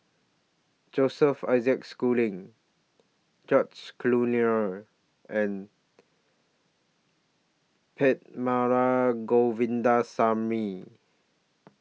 Joseph Isaac Schooling George Collyer and Govindaswamy